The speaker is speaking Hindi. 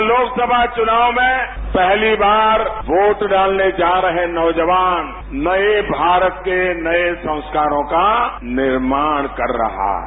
इस लोकसभा चुनाव में पहली बार वोट डालने जा रहें नौजवान नए भारत के नए संस्कारों का निर्माण कर रहा है